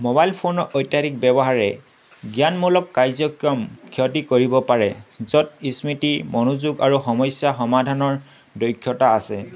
mobile ফোনৰ অত্যাধিক ব্যৱহাৰে জ্ঞানমূলক কাৰ্যক্ৰম ক্ষতি কৰিব পাৰে য'ত স্মৃতি মনোযোগ আৰু সমস্যা সমাধানৰ দক্ষতা আছে